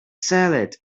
salad